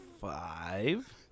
Five